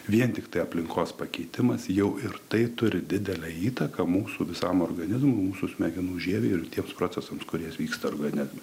vien tiktai aplinkos pakeitimas jau ir tai turi didelę įtaką mūsų visam organizmui mūsų smegenų žievei ir tiems procesams kurie vyksta organizme